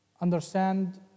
understand